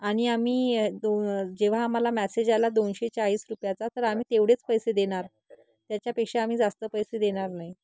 आणि आम्ही दो जेव्हा आम्हाला मॅसेज आला दोनशे चाळीस रुपयाचा तर आम्ही तेवढेच पैसे देणार त्याच्यापेक्षा आम्ही जास्त पैसे देणार नाही